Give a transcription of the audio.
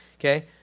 Okay